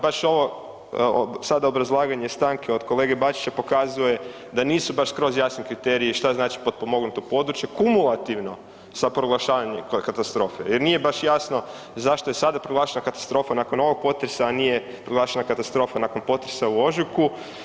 Baš ovo sada obrazlaganje stanke od kolege Bačića pokazuje da nisu baš skroz jasni kriteriji šta znači potpomognuto područje, kumulativno sa proglašavanjem katastrofe jer nije baš jasno zašto je sada proglašena katastrofa nakon ovog potresa, a nije proglašena katastrofa nakon potresa u ožujku.